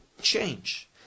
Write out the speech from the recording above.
change